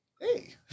hey